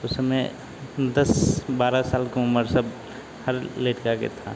उसमें दस बारह साल की उमर सब हर लड़के की थी